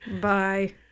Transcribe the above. Bye